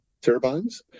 Turbines